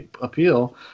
appeal